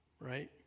Right